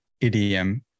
idiom